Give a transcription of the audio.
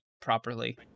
properly